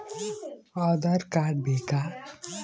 Aadhaar card ಬೇಕಾ?